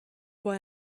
why